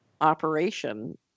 operation